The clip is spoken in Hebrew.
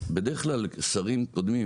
בדרך כלל שרים קודמים,